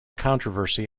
controversy